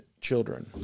children